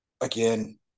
again